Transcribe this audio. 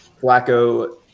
Flacco